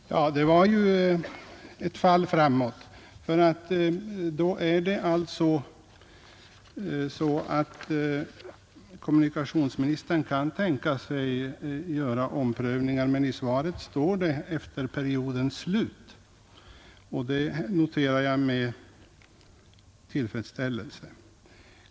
Fru talman! Det var ju ett fall framåt. Då kan kommunikationsministern alltså tänka sig att redan under försöksperioden göra omprövningar. I svaret står det ”vid försöksperiodens slut”. Jag noterar nu med tillfredsställelse framsteget.